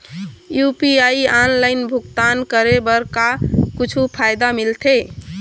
UPI online भुगतान करे बर का कुछू फायदा मिलथे?